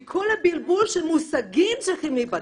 כל הבלבול של המושגים צריך להיבדק.